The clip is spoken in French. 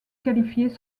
qualifiées